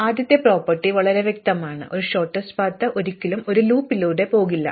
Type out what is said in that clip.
അതിനാൽ ആദ്യത്തെ പ്രോപ്പർട്ടി വളരെ വ്യക്തമാണ് അതാണ് ഒരു ഹ്രസ്വ പാത ഒരിക്കലും ഒരു ലൂപ്പിലൂടെ പോകില്ല